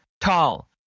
tall